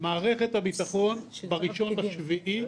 ב-1 ביולי,